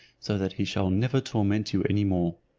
so that he shall never torment you any more.